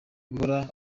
guhora